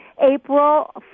April